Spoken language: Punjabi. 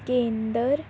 ਕੇਂਦਰ